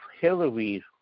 Hillary